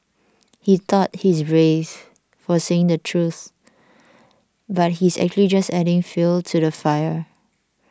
he thought he's brave for saying the truth but he's actually just adding fuel to the fire